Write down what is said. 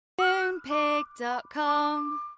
Moonpig.com